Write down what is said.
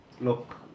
look